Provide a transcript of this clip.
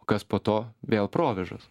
kas po to vėl provėžos